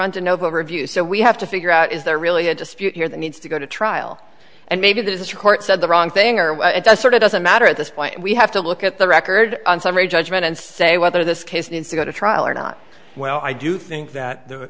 on to noble review so we have to figure out is there really a dispute here that needs to go to trial and maybe this court said the wrong thing or what it does sort of doesn't matter at this point we have to look at the record and summary judgment and say whether this case needs to go to trial or not well i do think that the